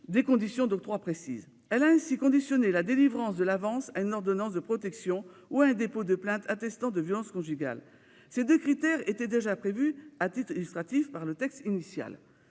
des conditions d'octroi précises. Elle a ainsi conditionné la délivrance de l'avance à une ordonnance de protection ou à un dépôt de plainte attestant de violences conjugales. Ces deux critères étaient déjà prévus à titre illustratif par le texte initial.